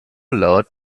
laut